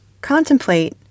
contemplate